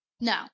No